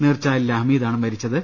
നീർച്ചാലിലെ ഹമീദ് ആണ് മരിച്ചത്